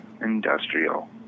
industrial